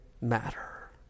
matter